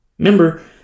Remember